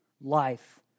life